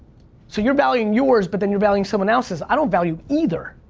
so you're valuing yours, but then you're valuing someone else's, i don't value either,